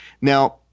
Now